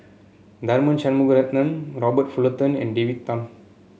Tharman Shanmugaratnam Robert Fullerton and David Tham